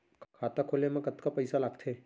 खाता खोले मा कतका पइसा लागथे?